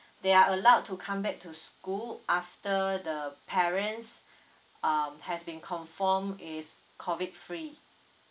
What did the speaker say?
they are allowed to come back to school after the parents um has been confirmed is COVID free